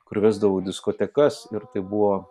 kur vesdavau diskotekas ir tai buvo